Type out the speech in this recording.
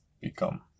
become